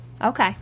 Okay